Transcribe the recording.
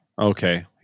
Okay